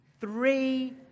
three